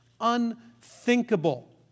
Unthinkable